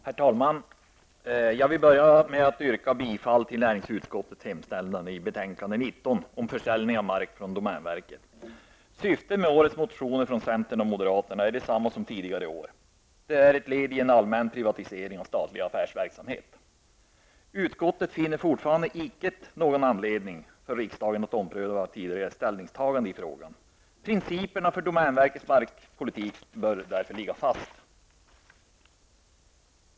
Herr talman! Jag vill börja med att yrka bifall till näringsutskottets hemställan i betänkande 19 om försäljning av mark från domänverket. Syftet med årets motioner från centern och moderaterna är detsamma som tidigare år. Det är ett led i en allmän privatisering av statlig affärsverksamhet. Utskottet finner fortfarande icke någon anledning för riksdagen att ompröva tidigare ställningstagande i frågan. Principerna för domänverkets markpolitik bör därför ligga fast.